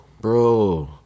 Bro